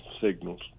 signals